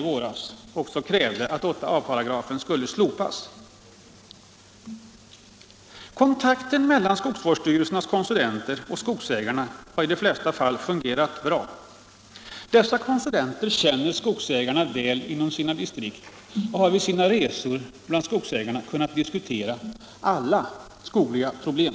våras som bekant krävt att 8 a § skall slopas. Kontakten mellan skogsvårdsstyrelsernas konsulenter och skogsägarna har i de flesta fall fungerat bra. Dessa konsulenter känner skogsägarna väl inom sina distrikt och har vid sina resor bland skogsägarna kunnat diskutera alla skogliga problem.